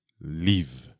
leave